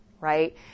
Right